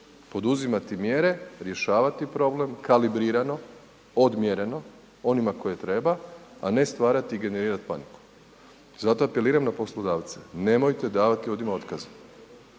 poduzimati mjere, rješavati problem kalibrirano, odmjereno onima koje treba, a ne stvarati i generirati paniku. Zato apeliram na poslodavce, nemojte davati ljudima otkaze,